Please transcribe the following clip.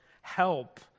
help